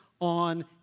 on